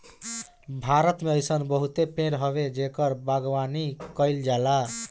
भारत में अइसन बहुते पेड़ हवे जेकर बागवानी कईल जाला